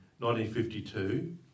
1952